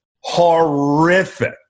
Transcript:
Horrific